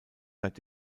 seit